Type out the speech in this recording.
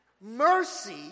Mercy